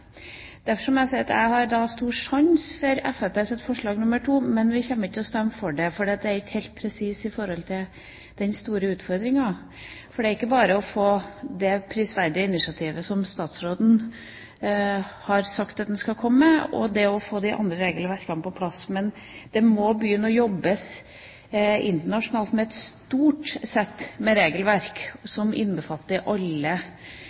har jeg stor sans for Fremskrittspartiets forslag nr. 2, men vi kommer ikke til å stemme for det, for det er ikke helt presist i forhold til den store utfordringa. Det er ikke bare det å få det prisverdige initiativet som statsråden har sagt at han skal komme med, på plass, og det å få de andre regelverkene på plass, men man må begynne å jobbe internasjonalt med et stort sett med regler som innbefatter alle